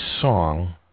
song